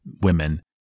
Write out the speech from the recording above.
women